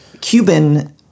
Cuban